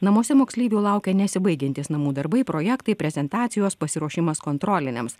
namuose moksleivių laukia nesibaigiantys namų darbai projektai prezentacijos pasiruošimas kontroliniams